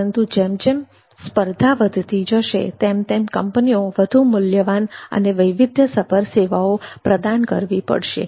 પરંતુ જેમ જેમ સ્પર્ધા વધતી જશે તેમ તેમ કંપનીઓએ વધુ મૂલ્યવાન અને વૈવિધ્યસભર સેવાઓ પ્રદાન કરવી પડશે